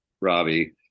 robbie